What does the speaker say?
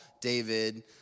David